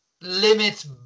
limits